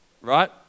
right